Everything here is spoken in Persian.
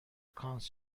کانس